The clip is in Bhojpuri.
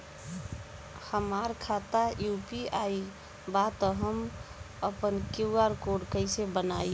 हमार खाता यू.पी.आई बा त हम आपन क्यू.आर कोड कैसे बनाई?